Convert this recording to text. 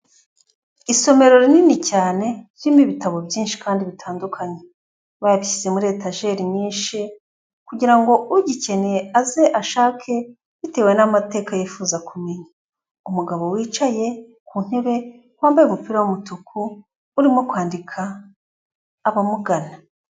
Isomero rinini cyane zirimo ibitabo byinshi kandi bitandukanye babishyize muri etajeri nyinshi kugirango ugikeneye aze ashake bitewe n'amateka yifuza kumenya, umugabo wicaye ku ntebe wambaye umupira w'umutuku urimo kwandika abamugana.